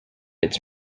its